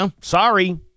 sorry